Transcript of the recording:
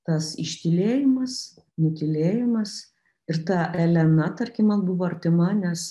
tas ištylėjimas nutylėjimas ir ta elena tarkim man buvo artima nes